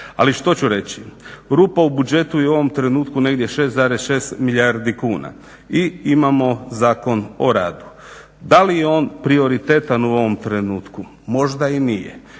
Ali što ću reći, rupa u budžetu je u ovom trenutku negdje 6,6 milijardi kuna i imamo Zakon o radu. Da li je on prioritetan u ovom trenutku, možda i nije.